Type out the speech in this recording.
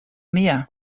mia